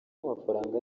amafaranga